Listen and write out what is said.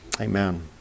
Amen